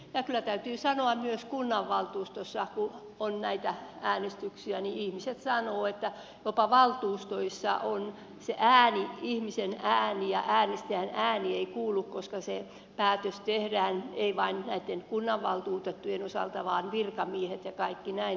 kyllä täytyy sanoa myös että kun kunnanvaltuustossa on näitä äänestyksiä ihmiset sanovat että jopa valtuustoissa ääni ihmisen ääni ja äänestäjän ääni ei kuulu koska se päätös tehdään ei vain näitten kunnanvaltuutettujen osalta vaan virkamiehet ja kaikki näin